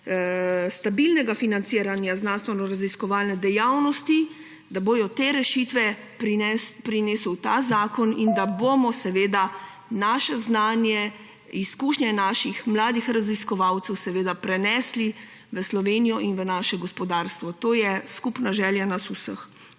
stabilnega financiranja znanstvenoraziskovalne dejavnosti te rešitve prinesel ta zakon in da bomo seveda naše znanje, izkušnje naših mladih raziskovalcev seveda prenesli v Slovenijo in v naše gospodarstvo. To je skupna želja nas vseh.